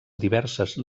diverses